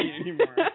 anymore